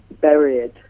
buried